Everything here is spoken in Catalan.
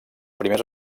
primers